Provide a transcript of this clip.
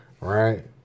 right